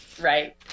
Right